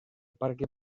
parque